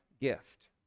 gift